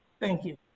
thank you.